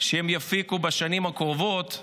שהם יפיקו בשנים הקרובות.